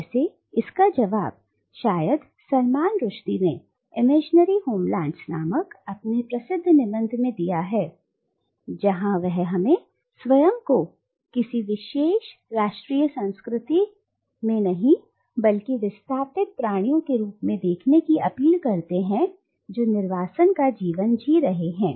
वैसे इसका जवाब शायद सलमान रुश्दी ने इमैजिनरी होमलैंड्स नामक अपने प्रसिद्ध निबंध में दिया है जहां वह हमें स्वयं को किसी विशेष राष्ट्रीय संस्कृति में नहीं बल्कि विस्थापित प्राणियों के रूप में देखने की अपील करते हैं जो निर्वासन का जीवन जी रहे हैं